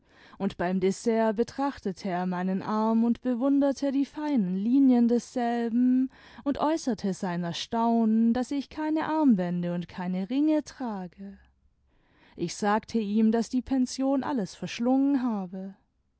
und beim dessert betrachtete er meinen arm und bewunderte die feinen linien desselben und äußerte sein erstaunen daß ich keine armbänder und keine ringe trage ich sagte ihm daß die pension alles verschlungen habe